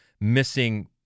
missing